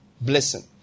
blessing